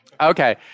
Okay